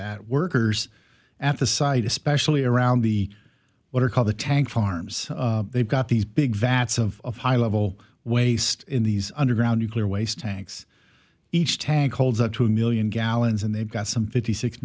that workers at the site especially around the what are called the tank farms they've got these big vats of high level waste in these underground nuclear waste tanks each tank holds up two million gallons and they've got some fifty six